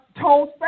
told